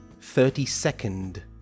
thirty-second